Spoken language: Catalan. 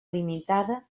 limitada